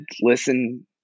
listen